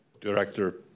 director